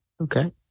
Okay